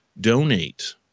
donate